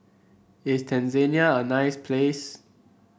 is Tanzania a nice place